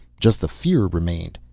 just the fear remained.